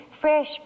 fresh